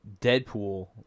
Deadpool